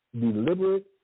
deliberate